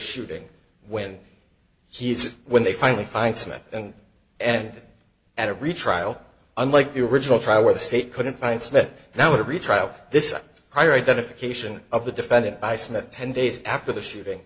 shooting when he said when they finally find smith and and at a retrial unlike the original trial where the state couldn't find smith now a retrial this is a higher identification of the defendant by smith ten days after the shooting